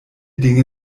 dinge